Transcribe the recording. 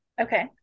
Okay